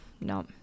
No